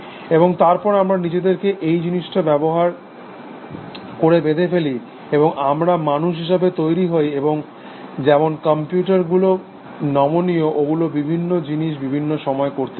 এবং তারপর আমরা নিজেদেরকে এই জিনিসটা ব্যবহার করে বেঁধে ফেলি এবং আমরা মানুষ হিসাবে তৈরি হই এবং যেমন কম্পিউটারগুলো নমনীয় ওগুলো বিভিন্ন জিনিস বিভিন্ন সময় করতে পারে